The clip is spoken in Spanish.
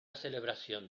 celebración